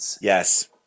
Yes